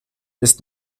ist